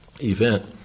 event